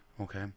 Okay